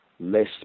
less